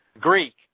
Greek